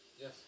yes